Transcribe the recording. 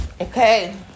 Okay